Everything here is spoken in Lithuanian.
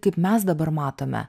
kaip mes dabar matome